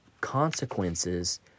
consequences